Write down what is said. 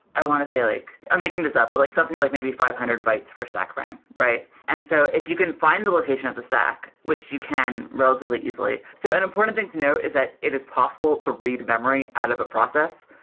i want to say like i'm making this up, but like something like maybe five hundred bytes per stack frame. and so if you can find the location of the stack, which you can relatively easily. so an important thing to know is that it is possible to read memory out of a process.